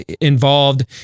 involved